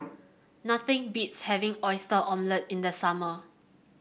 nothing beats having Oyster Omelette in the summer